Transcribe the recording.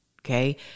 Okay